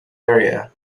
area